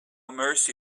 mercy